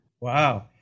Wow